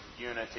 unity